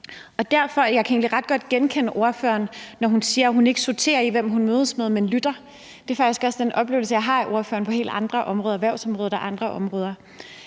år. Jeg kan egentlig ret godt genkende ordføreren, når hun siger, at hun ikke sorterer i, hvem hun mødes med, men lytter. Det er faktisk også den oplevelse, jeg har af ordføreren på helt andre områder – erhvervsområdet og andre områder.